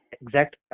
exact